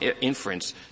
inference